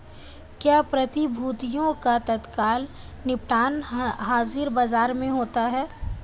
क्या प्रतिभूतियों का तत्काल निपटान हाज़िर बाजार में होता है?